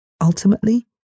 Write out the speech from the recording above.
ultimately